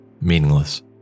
meaningless